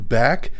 back